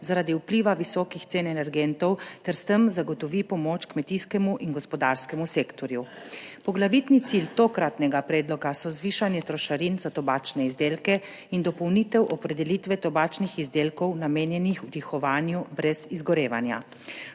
zaradi vpliva visokih cen energentov ter se s tem zagotovi pomoč kmetijskemu in gospodarskemu sektorju. Poglavitni cilj tokratnega predloga so zvišanje trošarin za tobačne izdelke in dopolnitev opredelitve tobačnih izdelkov, namenjenih vdihovanju brez izgorevanja.